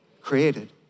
Created